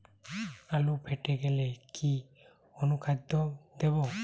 আলু ফেটে গেলে কি অনুখাদ্য দেবো?